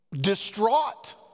distraught